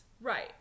Right